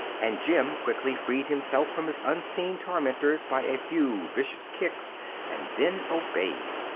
and jim quickly freed himself from his unseen tormenters by a few vicious kicks and then obeyed.